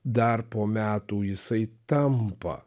dar po metų jisai tampa